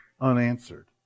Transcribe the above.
unanswered